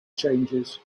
changes